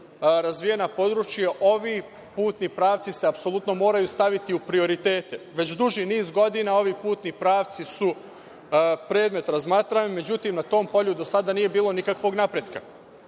razvijena područja ovi putni pravci se apsolutno moraju staviti u prioritete. Već duži niz godina ovi putni pravci su predmet razmatranja, međutim na tom polju do sada nije bilo nikakvog napretka.